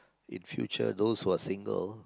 in future those who are single